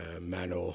manor